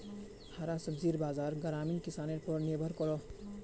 हरा सब्जिर बाज़ार ग्रामीण किसनर पोर निर्भर करोह